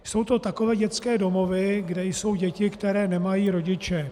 Jsou to takové dětské domovy, kde jsou děti, které nemají rodiče.